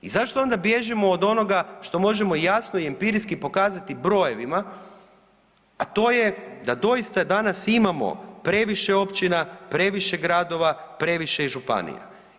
I zašto onda bježimo od onoga što možemo jasno i empirijski pokazati brojevima, a to je da doista danas imamo previše općina, previše gradova, previše županija?